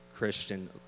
Christian